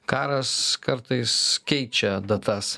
karas kartais keičia datas